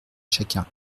chacun